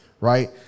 right